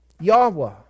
Yahweh